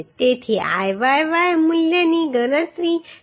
તેથી Iyy મૂલ્યની ગણતરી 59